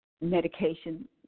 medication